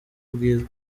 ubwiza